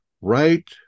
right